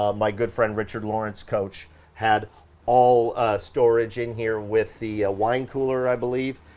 um my good friend, richard lawrence, coach had all storage in here with the ah wine cooler, i believe.